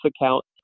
account